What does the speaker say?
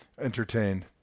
entertained